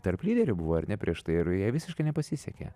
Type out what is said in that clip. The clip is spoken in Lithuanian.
tarp lyderių buvo ar ne prieš tai ir jai visiškai nepasisekė